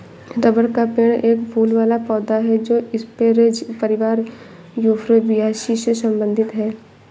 rubber का पेड़ एक फूल वाला पौधा है जो स्परेज परिवार यूफोरबियासी से संबंधित है